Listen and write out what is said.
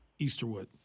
Easterwood